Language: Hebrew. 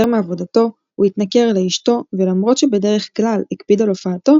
מעבודתו; הוא התנכר לאשתו; ולמרות שבדרך כלל הקפיד על הופעתו,